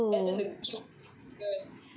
and then he will tag the girl